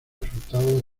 resultados